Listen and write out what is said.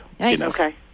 okay